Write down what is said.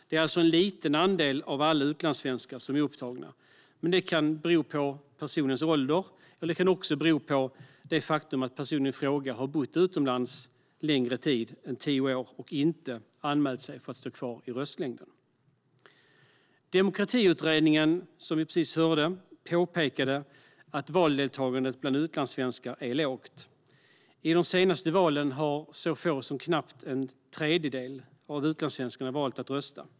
Det är alltså en liten andel av alla utlandssvenskar som är upptagna. Det kan bero på personens ålder eller det faktum att personen i fråga bott utomlands en längre tid än tio år och inte anmält sig för att stå kvar i röstlängden. Demokratiutredningen påpekade, som vi precis hörde, att valdeltagandet bland utlandssvenskar är lågt. I de senaste valen har så få som knappt en tredjedel av utlandssvenskarna valt att rösta.